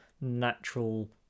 natural